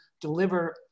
deliver